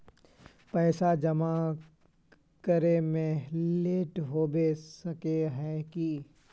पैसा जमा करे में लेट होबे सके है की?